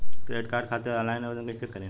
Credit card खातिर online आवेदन कइसे करि?